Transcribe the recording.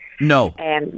no